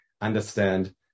understand